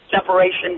separation